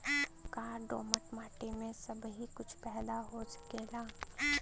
का दोमट माटी में सबही कुछ पैदा हो सकेला?